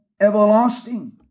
everlasting